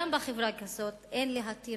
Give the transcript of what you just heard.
גם בחברה כזאת אין להתיר